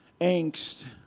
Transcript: angst